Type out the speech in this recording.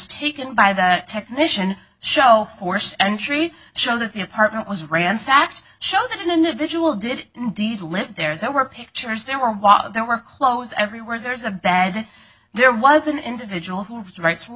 taken by the technician show forced entry show that the apartment was ransacked show that an individual did indeed live there there were pictures there was there were clothes everywhere there's a bed there was an individual who rights were